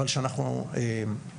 אבל שאנחנו נמשול,